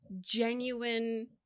genuine